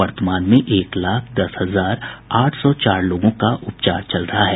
वर्तमान में एक लाख दस हजार आठ सौ चार लोगों का उपचार चल रहा है